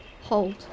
hold